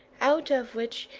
out of which,